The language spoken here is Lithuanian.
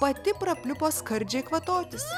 pati prapliupo skardžiai kvatotis